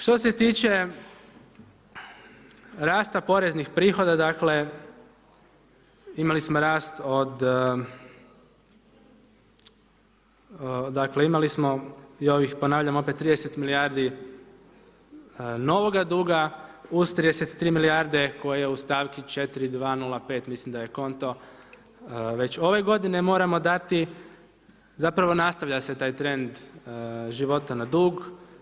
Što se tiče rasta poreznih prihoda dakle, imali smo rast od, dakle imali i ovih, ponavljam opet, 30 milijardi novoga duga uz 33 milijarde koje u stavci 4205 mislim da je konto već ove godine moramo dati, zapravo nastavlja se taj trend života na dug.